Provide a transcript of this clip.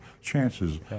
chances